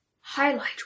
highlight